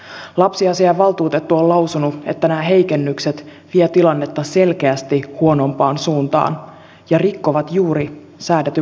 lapsiasiavaltuutettu on lausunut että nämä heikennykset vievät tilannetta selkeästi huonompaan suuntaan ja rikkovat juuri säädetyn varhaiskasvatuslain tavoitteita